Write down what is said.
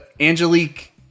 Angelique